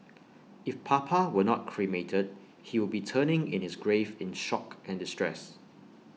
if papa were not cremated he would be turning in his grave in shock and distress